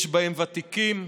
יש בהם ותיקים,